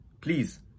please